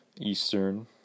Eastern